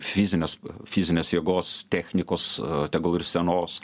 fizinės fizinės jėgos technikos tegul ir senos